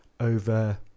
over